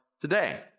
today